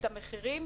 המחירים,